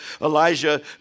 Elijah